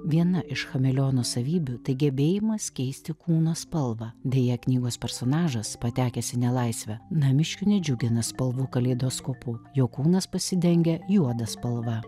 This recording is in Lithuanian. viena iš chameleono savybių tai gebėjimas keisti kūno spalvą deja knygos personažas patekęs į nelaisvę namiškių nedžiugina spalvų kaleidoskopu jo kūnas pasidengia juoda spalva